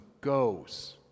goes